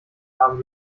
haben